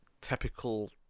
typical